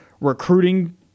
recruiting